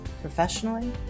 professionally